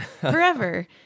forever